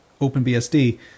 OpenBSD